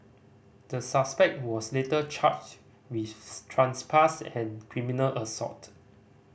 the suspect was later charged with trespass and criminal assault